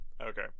Okay